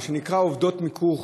מה שנקרא עובדות מיקור חוץ,